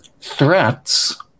threats